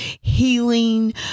healing